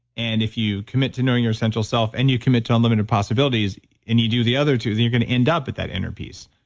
and if you commit to knowing your essential self and you commit to unlimited possibilities and you do the other two, that you're going to end up at that inner peace.